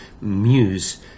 Muse